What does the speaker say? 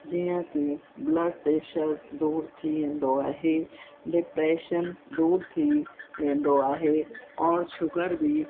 जीअं की blood pressure दूर थी वेंदो आहे डिप्रेशन दूर थी वेंदो आहे और शुगर बि